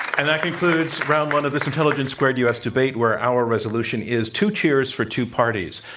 and that concludes round one of this intelligence squared u. s. debate where our resolution is two cheers for two parties.